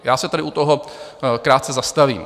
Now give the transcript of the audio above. Já se tady u toho krátce zastavím.